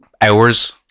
hours